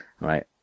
Right